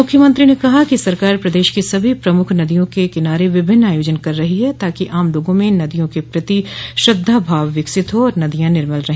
मुख्यमंत्री ने कहा कि सरकार प्रदेश की सभी प्रमुख नदियों के किनारे विभिन्न आयोजन कर रही है ताकि आम लोगों में नदियों के प्रति श्रद्धा भाव विकसित हो और नदियां निर्मल रहे